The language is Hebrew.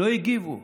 לא הגיבו.